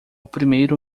primeiro